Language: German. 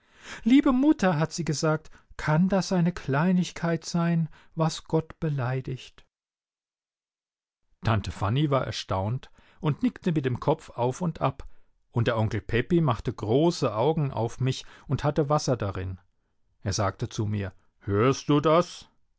liebe mutter hat sie gesagt kann das eine kleinigkeit sein was gott beleidigt tante fanny war erstaunt und nickte mit dem kopfe auf und ab und der onkel pepi machte große augen auf mich und hatte wasser darin er sagte zu mir hörst du das